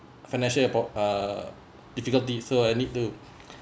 financial abo~ uh difficulty so I need to